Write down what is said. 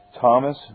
Thomas